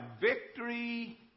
victory